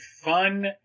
fun